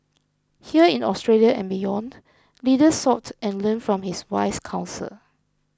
here in Australia and beyond leaders sought and learned from his wise counsel